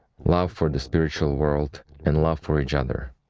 love for the spiritual world and love for each other.